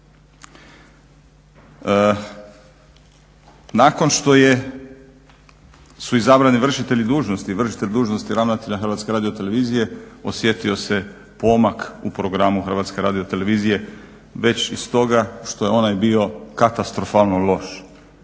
Nakon što su izabrani vršitelji dužnosti, vršitelj dužnosti ravnatelja Hrvatske radiotelevizije osjetio se pomak u programu Hrvatske radiotelevizije već i stoga što je onaj bio katastrofalno loš